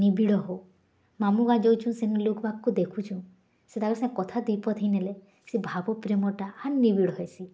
ନିବିଡ଼ ହଉ ମାମୁ ଗାଁ ଯାଉଛୁଁ ସେନେ ଲୋକ୍ବାକ୍କୁ ଦେଖୁଚୁଁ ସେ ତାଙ୍କର୍ ସାଥେ କଥା ଦୁଇପଦ୍ ହେଇନେଲେ ସେ ଭାବ ପ୍ରେମଟା ଆହୁରି ନିବିଡ଼ ହେଇସି